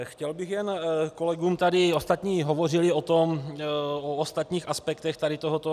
Chtěl bych jen kolegům tady, ostatní hovořili o ostatních aspektech tady tohoto.